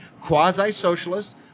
quasi-socialist